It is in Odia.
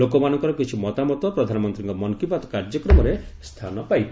ଲୋକମାନଙ୍କର କିଛି ମତାମତ ପ୍ରଧାନମନ୍ତ୍ରୀଙ୍କ ମନ୍ କି ବାତ୍ କାର୍ଯ୍ୟକ୍ରମରେ ସ୍ଥାନ ପାଇବ